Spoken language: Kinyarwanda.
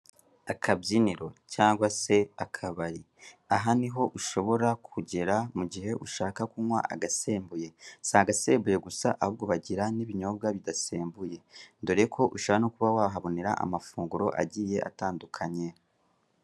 Akabyiniro cyangwa se akabari, aha niho ushobora kugera mu gihe ushaka kunywa agasembuye, si agasembuye gusa ahubwo bagira n'ibinyobwa bidasembuye, dore ko ushoboraka kuba wahabonera amafunguro agiye atandukanye.